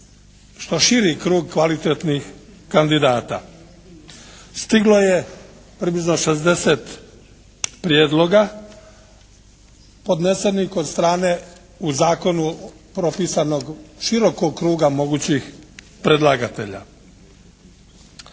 što širi krug kvalitetnih kandidata. Stiglo je približno 60 prijedloga podnesenih od strane u zakonu propisanog širokog kruga mogućih predlagatelja.